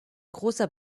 großer